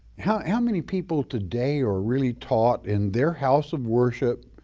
how how many people today are really taught in their house of worship,